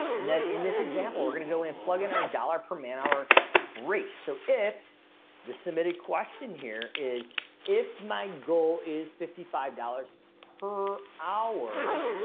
and then, in this example, we're gonna go and plug in our dollar per man hour rate so if the submitted question here is if my goal is fifty five dollars per hour.